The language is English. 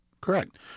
Correct